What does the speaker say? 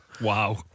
Wow